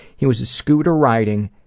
he was the scooter-riding,